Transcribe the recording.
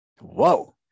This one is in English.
Whoa